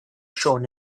shown